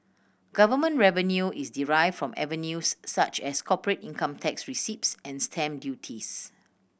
government revenue is derived from avenues such as corporate income tax receipts and stamp duties